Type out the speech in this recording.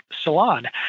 salon